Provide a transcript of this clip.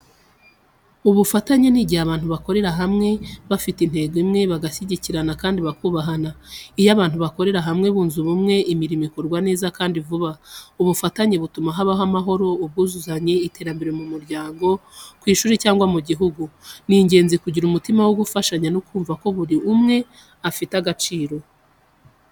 Ubufatanye ni igihe abantu bakorera hamwe, bafite intego imwe, bagashyigikirana kandi bakubahana. Iyo abantu bakorera hamwe bunze ubumwe, imirimo ikorwa neza kandi vuba. Ubufatanye butuma habaho amahoro, ubwuzuzanye n’iterambere mu muryango, ku ishuri cyangwa mu gihugu. Ni ingenzi kugira umutima wo gufashanya no kumva ko buri umwe afite agaciro.